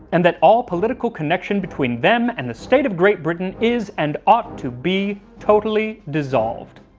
and that all political connection between them and the state of great britain is, and ought to be, totally dissolved.